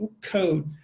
code